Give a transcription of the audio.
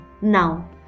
Now